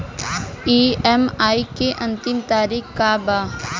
EMI के अंतिम तारीख का बा?